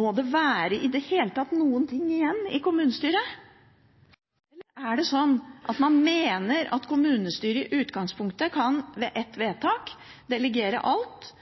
Må det være, i det hele tatt, noen ting igjen i kommunestyret? Eller mener man at kommunestyret i utgangspunktet kan – ved ett vedtak – delegere alt